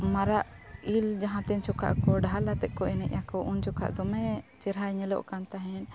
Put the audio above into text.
ᱢᱟᱨᱟᱜ ᱤᱞ ᱡᱟᱦᱟᱸᱛᱮ ᱪᱚᱠᱟ ᱠᱚ ᱰᱷᱟᱞ ᱟᱛᱮᱫ ᱠᱚ ᱮᱱᱮᱡ ᱟᱠᱚ ᱩᱱ ᱡᱚᱠᱷᱟᱜ ᱫᱚᱢᱮ ᱪᱮᱨᱦᱟᱭ ᱧᱮᱞᱚᱜ ᱠᱟᱱ ᱛᱟᱦᱮᱸᱜ